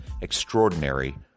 Extraordinary